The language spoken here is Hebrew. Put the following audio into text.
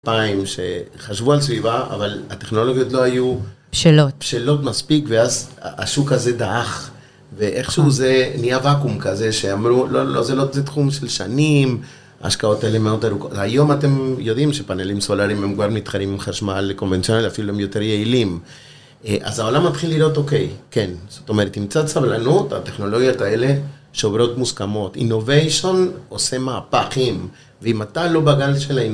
אלפיים שחשבו על סביבה, אבל הטכנולוגיות לא היו בשלות מספיק, ואז השוק הזה דעך, ואיכשהו זה נהיה וואקום כזה, שאמרו לא זה לא תחום של שנים, ההשקעות האלה מאוד ארוכות. היום אתם יודעים שפאנלים סולאריים, הם כבר מתחרים עם חשמל קונבנציונלי, אפילו הם יותר יעילים. אז העולם מתחיל לראות, אוקיי, כן, זאת אומרת, עם קצת סבלנות, הטכנולוגיות האלה שוברות מוסכמות. Innovation עושה מהפכים, ואם אתה לא בגל של innovation